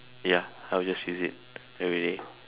ya I'll just use it everyday